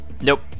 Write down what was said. Nope